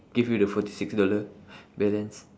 give you the forty six dollar balance